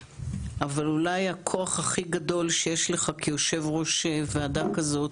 אבל אולי הכוח הכי גדול שיש לך כיושב-ראש ועדה כזאת